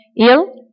ill